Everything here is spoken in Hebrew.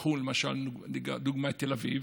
קחו, למשל, לדוגמה, את תל אביב